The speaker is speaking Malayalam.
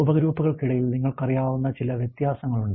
ഉപഗ്രൂപ്പുകൾക്കിടയിൽ നിങ്ങൾക്കറിയാവുന്ന ചില വ്യത്യാസങ്ങളുണ്ട്